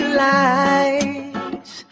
lights